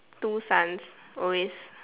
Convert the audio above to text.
two sons always